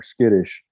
skittish